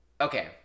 Okay